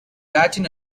latin